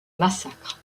massacre